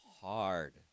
hard